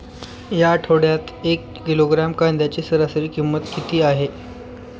या आठवड्यात एक किलोग्रॅम कांद्याची सरासरी किंमत किती आहे?